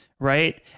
right